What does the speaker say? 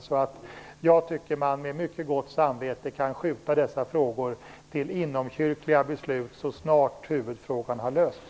Jag tycker således att man med mycket gott samvete kan skjuta dessa frågor till inomkyrkliga beslut så snart huvudfrågan lösts.